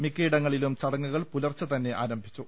മിക്ക യിടങ്ങളിലും ചടങ്ങുകൾ പുലർച്ചെതന്നെ ആരംഭിച്ചു